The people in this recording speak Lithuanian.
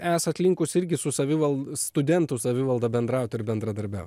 esat linkus irgi su savival studentų savivalda bendrauti ir bendradarbiau